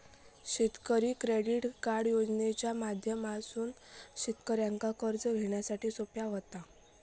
शेतकरी credit card योजनेच्या माध्यमातसून शेतकऱ्यांका कर्ज घेण्यासाठी सोप्या व्हता